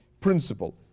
principle